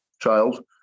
child